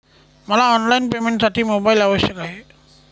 मला ऑनलाईन पेमेंटसाठी मोबाईल आवश्यक आहे का?